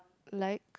like